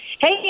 Hey